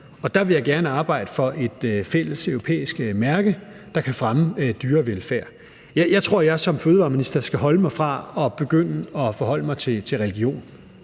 Der vil jeg gerne arbejde for et fælles europæisk mærke, der kan fremme dyrevelfærd. Jeg tror, at jeg som fødevareminister skal holde mig fra at begynde at forholde mig til religion,